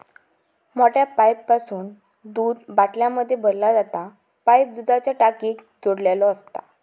मोठ्या पाईपासून दूध बाटल्यांमध्ये भरला जाता पाईप दुधाच्या टाकीक जोडलेलो असता